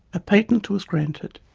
a patent was granted.